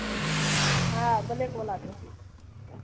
हाँ ब्लैक वाला लेंगे